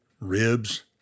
ribs